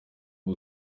ubu